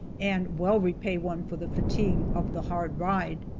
and well repay one for the fatigue of the hard ride.